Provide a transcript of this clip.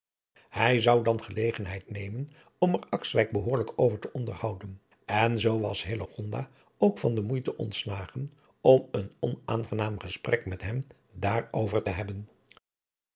hij zou dan gelegenheid nemen om er akswijk behoorlijk over te onderhouden en zoo was hillegonda ook van de moeite ontslagen om een onaangenaam gesprek met hem daar over te hebben